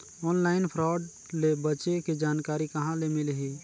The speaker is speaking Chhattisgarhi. ऑनलाइन फ्राड ले बचे के जानकारी कहां ले मिलही?